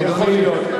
אוקיי.